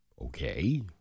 Okay